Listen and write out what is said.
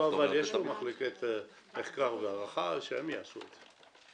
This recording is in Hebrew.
יש לו מחלקת מחקר והערכה, שהם יעשו את זה.